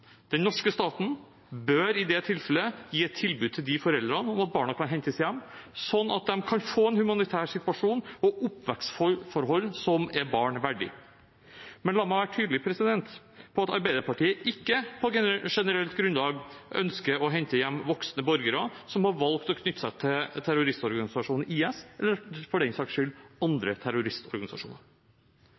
Den norske staten bør i det tilfellet gi et tilbud til disse foreldrene om at barna kan hentes hjem, slik at de kan få en humanitær situasjon og oppvekstforhold som er et barn verdig. Men la meg være tydelig på at Arbeiderpartiet ikke på generelt grunnlag ønsker at vi skal hente hjem voksne borgere som har valgt å knytte seg til terrororganisasjonen IS – eller for den saks skyld andre terroristorganisasjoner.